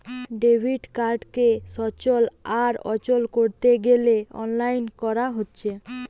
debit কার্ডকে সচল আর অচল কোরতে গ্যালে অনলাইন কোরা হচ্ছে